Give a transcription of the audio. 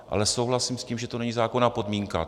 Ale souhlasím s tím, že to není zákonná podmínka.